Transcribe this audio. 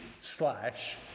slash